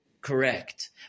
correct